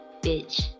bitch